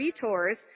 Tours